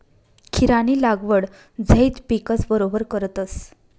खीरानी लागवड झैद पिकस बरोबर करतस